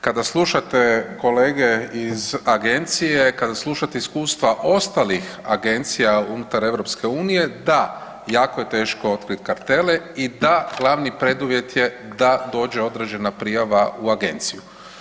Kada slušate kolege iz agencije, kada slušate iskustva ostalih agencija unutar EU da, jako je teško otkriti kartele i da, glavni preduvjet je da dođe određena prijava u agenciju.